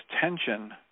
tension